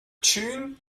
tune